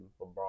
LeBron